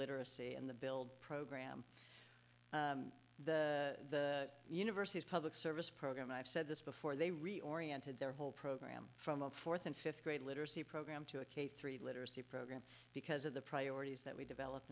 literacy and the build program the university's public service program i've said this before they reoriented their whole program from a fourth and fifth grade literacy program to a k three literacy program because of the priorities that we developed